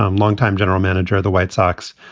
um longtime general manager of the white sox,